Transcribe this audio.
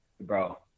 bro